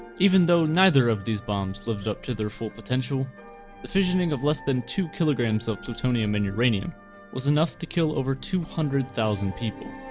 even though neither of these bombs lived up to their full potential the fissioning of less than two kilograms of plutonium and uranium was enough to kill over two hundred thousand people